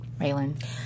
Raylan